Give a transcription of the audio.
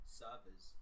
servers